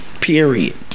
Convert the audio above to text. Period